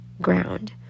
ground